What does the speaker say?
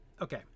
okay